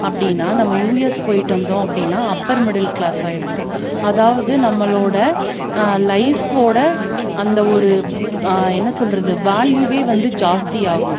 அப்படின்னா நம்ம யுஎஸ் போயிட்டு வந்தோம் அப்டின்னா அப்பர் மிடில் கிளாஸ் ஆகிருவோம் அதாவது நம்மளோட லைஃபோட அந்த ஒரு என்ன சொல்றது வேல்யூவே வந்து ஜாஸ்தியாகும்